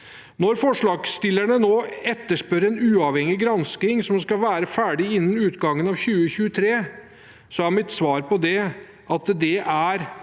Når forslagsstillerne nå etterspør en uavhengig gransking som skal være ferdig innen utgangen av 2023, er mitt svar på det at nok